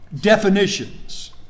definitions